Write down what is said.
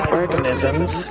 organisms